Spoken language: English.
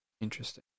Interesting